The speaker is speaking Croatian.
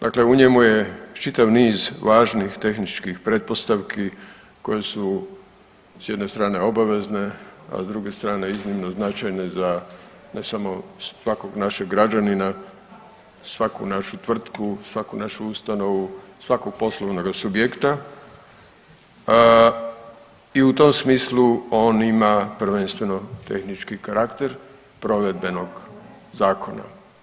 Dakle u njemu je čitav niz važnih tehničkih pretpostavki koje su s jedne strane obavezne, a s druge strane iznimno značajne za, ne samo svakog našeg građanina, svaku našu tvrtku, svaku našu ustanovu, svakog poslovnoga subjekta i u tom smislu on ima prvenstveno tehnički karakter provedbenog zakona.